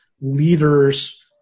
leaders